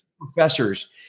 professors